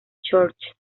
church